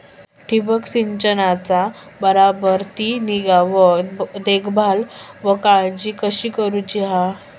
ठिबक संचाचा बराबर ती निगा व देखभाल व काळजी कशी घेऊची हा?